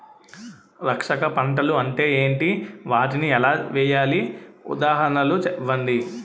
రక్షక పంటలు అంటే ఏంటి? వాటిని ఎలా వేయాలి? ఉదాహరణలు ఇవ్వండి?